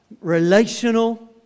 relational